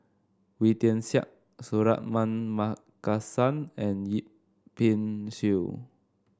Wee Tian Siak Suratman Markasan and Yip Pin Xiu